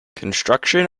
construction